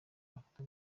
afata